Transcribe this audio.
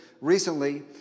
recently